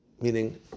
Meaning